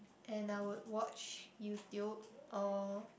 and I would YouTube or